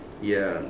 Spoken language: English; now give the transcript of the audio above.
ya